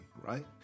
right